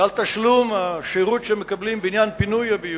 והתשלום על השירות שהם מקבלים בעניין פינוי הביוב,